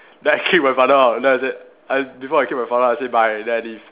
then I kick my father out then I said I before I kick my father out I said bye then I leave